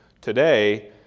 today